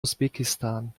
usbekistan